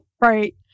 right